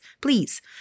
please